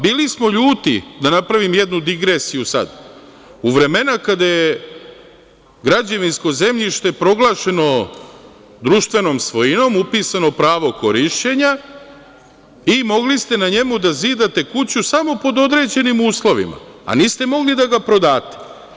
Bili smo ljuti, da napravim jednu digresiju sad, u vremena kada je građevinsko zemljište proglašeno društvenom svojinom, upisano pravo korišćenja i mogli ste na njemu da zidate kuću samo pod određenim uslovima, a niste mogli da ga prodate.